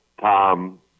Tom